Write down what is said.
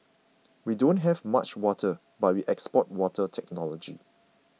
we don't have much water but we export water technology